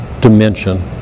dimension